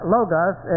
Logos